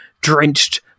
drenched